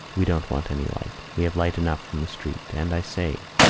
we don't want any light. we have light enough from the street. and i say,